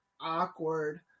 awkward